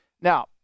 Now